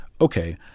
okay